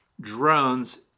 drones